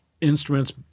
instruments